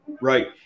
Right